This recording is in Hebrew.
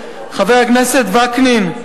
חבר הכנסת וקנין,